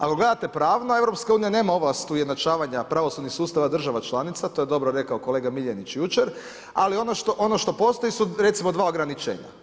Ako gledate pravno, EU nema ovlast ujednačavanja pravosudnih sustava država članica, to je dobro rekao kolega Miljenić jučer ali ono što postoji su recimo dva ograničenja.